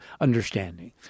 understanding